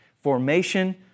Formation